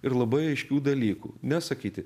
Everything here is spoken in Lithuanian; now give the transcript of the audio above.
ir labai aiškių dalykų nesakyti